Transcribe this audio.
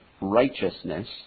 righteousness